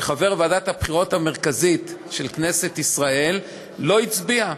שחבר ועדת הבחירות המרכזית של כנסת ישראל לא הצביע.